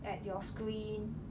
at your screen